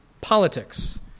politics